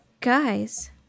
guys